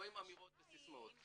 לא עם אמירות וסיסמאות.